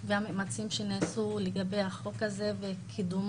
שנעשתה וגם את המאמצים שנעשו לגבי החוק הזה וקידומו.